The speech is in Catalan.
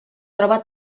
troba